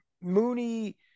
Mooney